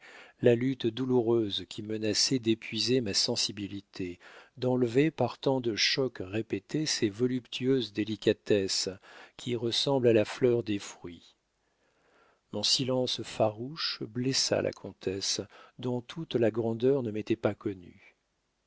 la lutte douloureuse qui menaçait d'épuiser ma sensibilité d'enlever par tant de chocs répétés ces voluptueuses délicatesses qui ressemblent à la fleur des fruits mon silence farouche blessa la comtesse dont toute la grandeur ne m'était pas connue